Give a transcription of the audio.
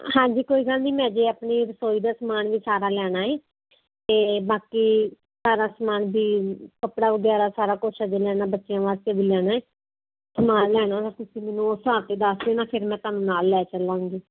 ਹਾਂਜੀ ਕੋਈ ਗੱਲ ਨਹੀਂ ਮੈਂ ਜੇ ਆਪਣੀ ਰਸੋਈ ਦਾ ਸਮਾਨ ਵੀ ਸਾਰਾ ਲੈਣਾ ਹੈ ਤੇ ਬਾਕੀ ਸਾਰਾ ਸਮਾਨ ਵੀ ਕੱਪੜਾ ਵਗੈਰਾ ਸਾਰਾ ਕੁਛ ਜਿਵੇਂ ਇਹਨਾਂ ਬੱਚਿਆਂ ਵਾਸਤੇ ਵੀ ਲੈਣਾ ਹੈ ਸਮਾਨ ਲੈਣਾ ਤੁਸੀਂ ਮੈਨੂੰ ਹਿਸਾਬ 'ਤੇ ਦੱਸ ਦੇਣਾ ਫਿਰ ਮੈਂ ਤੁਹਾਨੂੰ ਨਾਲ ਲੈ ਚੱਲਾਂਗੀ